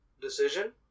decision